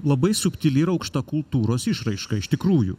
labai subtili ir aukšta kultūros išraiška iš tikrųjų